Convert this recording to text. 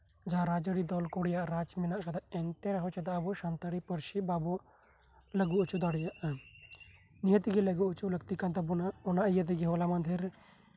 ᱡᱟᱸᱦᱟ ᱨᱟᱡᱽ ᱟᱹᱨᱤ ᱫᱚᱞ ᱠᱚ ᱨᱮᱭᱟᱜ ᱨᱟᱡᱽ ᱟᱹᱨᱤ ᱢᱮᱱᱟᱜ ᱠᱟᱫᱟ ᱮᱱᱛᱮ ᱨᱮᱦᱚᱸ ᱪᱮᱫᱟᱜ ᱟᱱᱛᱟᱲᱤ ᱯᱟᱹᱨᱥᱤ ᱦᱚᱪᱚ ᱫᱟᱲᱮᱭᱟᱜ ᱠᱟᱱᱟ ᱞᱟᱹᱜᱩ ᱦᱚᱪᱚ ᱞᱟᱹᱠᱛᱤ ᱠᱟᱱ ᱛᱟᱵᱳᱱᱟ ᱚᱱᱟ ᱤᱭᱟᱹᱛᱮ ᱦᱚᱞᱟ ᱢᱟᱦᱫᱮᱨ